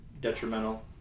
detrimental